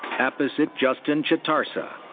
apisit justin chatarsa.